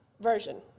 version